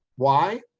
why?